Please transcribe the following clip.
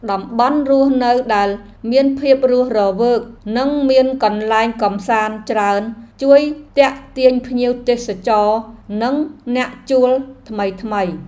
តំបន់រស់នៅដែលមានភាពរស់រវើកនិងមានកន្លែងកម្សាន្តច្រើនជួយទាក់ទាញភ្ញៀវទេសចរនិងអ្នកជួលថ្មីៗ។